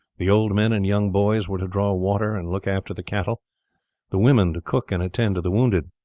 the old men and young boys were to draw water and look after the cattle the women to cook and attend to the wounded.